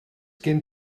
gen